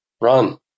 Run